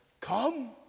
come